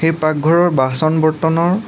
সেই পাকঘৰৰ বাচন বৰ্তনৰ